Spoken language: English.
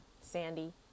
Sandy